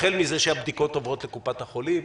החל מזה שהבדיקות עוברות לקופות החולים,